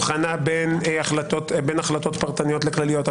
הבחנה בין החלטות פרטניות לכלליות,